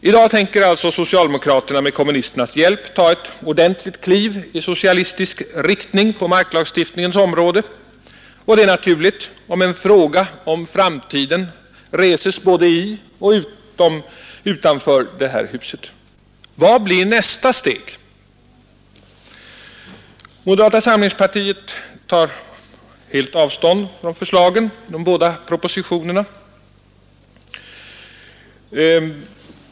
I dag tänker alltså socialdemokraterna med kommunisternas hjälp ta ett ordentligt kliv i socialistisk riktning på marklagstiftningens område. Det är naturligt om en fråga om framtiden reses både i och utanför det här huset. Vad blir nästa steg? Moderata samlingspartiet tar helt avstånd från förslagen i de båda propositionerna.